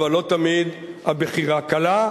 אבל לא תמיד הבחירה קלה,